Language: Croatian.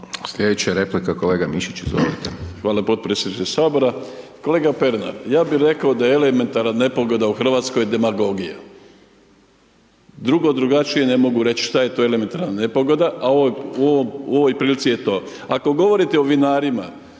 Sljedeća replika, kolega Mišić, izvolite. **Mišić, Ivica (Nezavisni)** Hvala potpredsjedniče Sabora. Kolega Pernar, ja bih rekao da je elementarna nepogoda u Hrvatskoj demagogija. Drugo i drugačije ne mogu reći što je to elementarna nepogoda, a ovo u ovoj prilici je to. Ako govorite o vinarima,